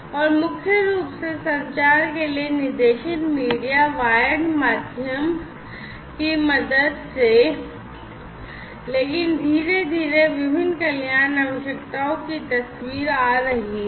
और मुख्य रूप से संचार के लिए निर्देशित मीडिया वायर्ड माध्यम की मदद से लेकिन धीरे धीरे विभिन्न कल्याण आवश्यकताओं की तस्वीर आ रही है